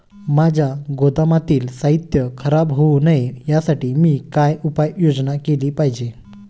माझ्या गोदामातील साहित्य खराब होऊ नये यासाठी मी काय उपाय योजना केली पाहिजे?